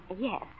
Yes